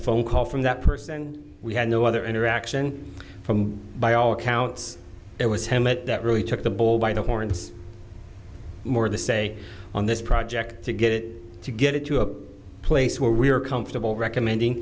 phone call from that person we had no other interaction from by all accounts it was him but that really took the bull by the horns more the say on this project to get it to get it to a place where we are comfortable recommending